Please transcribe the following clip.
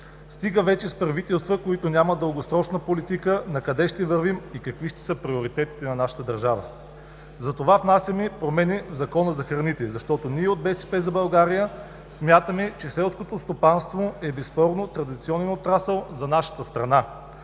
Стига вече с правителства, които нямат дългосрочна политика – накъде ще вървим и какви ще са приоритетите на нашата държава. Затова внасяме промени в Закона за храните. Защото ние от „БСП за България“ смятаме, че селското стопанство е безспорно традиционен отрасъл за нашата страна,